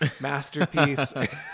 masterpiece